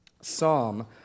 Psalm